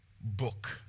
book